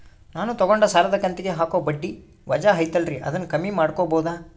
ನಾನು ತಗೊಂಡ ಸಾಲದ ಕಂತಿಗೆ ಹಾಕೋ ಬಡ್ಡಿ ವಜಾ ಐತಲ್ರಿ ಅದನ್ನ ಕಮ್ಮಿ ಮಾಡಕೋಬಹುದಾ?